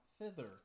thither